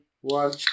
one